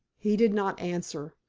he did not answer.